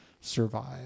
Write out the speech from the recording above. survive